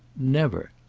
never.